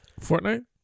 Fortnite